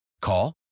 Call